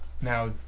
Now